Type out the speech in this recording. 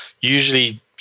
usually